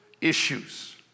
issues